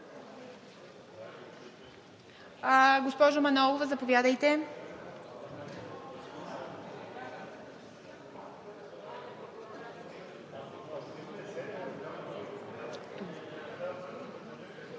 Госпожо Манолова, заповядайте.